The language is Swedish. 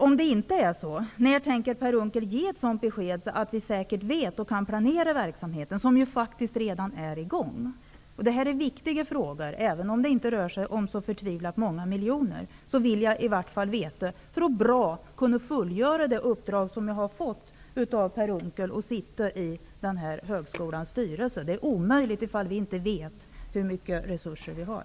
Om svaret är nej, undrar jag: När tänker Per Unckel ge besked, så att vi säkert vet vad som gäller och kan planera den verksamhet som faktiskt redan är i gång? Det här är viktiga frågor. Även om det inte rör sig om så förtvivlat många miljoner vill jag, för att bra kunna fullgöra det uppdrag som jag har fått av Per Unckel att sitta med i den här högskolans styrelse, veta vad som gäller. Uppdraget är omöjligt om vi inte vet hur stora resurser vi har.